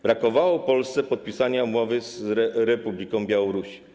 Brakowało Polsce podpisania umowy z Republiką Białorusi.